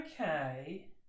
Okay